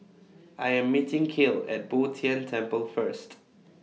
I Am meeting Cale At Bo Tien Temple First